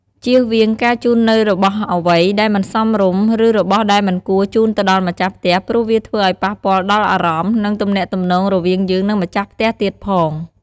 ជៀសវៀងការជូននូវរបស់អ្វីដែលមិនសមរម្យឬរបស់ដែលមិនគួរជូនទៅដល់ម្ចាស់ផ្ទះព្រោះវាធ្វើឲ្យប៉ះពាល់ដល់អារម្មណ៏និងទំនាក់ទំនងរវាងយើងនិងម្ចាស់ផ្ទះទៀតផង។